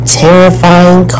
terrifying